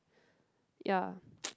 yeah